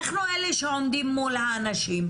אנחנו אלה שעומדים מול האנשים,